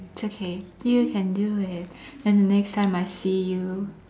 it's okay you can do it then the next time I see you